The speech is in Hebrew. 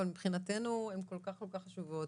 אבל מבחינתנו הן כל כך חשובות.